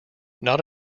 not